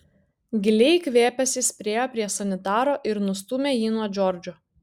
giliai įkvėpęs jis priėjo prie sanitaro ir nustūmė jį nuo džordžo